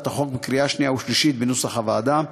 החוק בקריאה שנייה ושלישית בנוסח הוועדה.